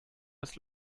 als